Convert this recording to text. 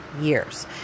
years